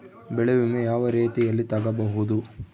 ಬೆಳೆ ವಿಮೆ ಯಾವ ರೇತಿಯಲ್ಲಿ ತಗಬಹುದು?